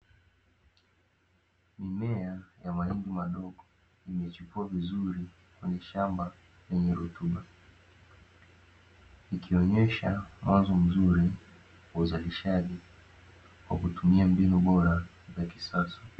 Mmea wa mahindi madogo uliochipua vizuri kwenye shamba lenye rutuba, ikionyesha mwanzo mzuri wa uzalishaji kwa kutumia mbinu bora za kisasa.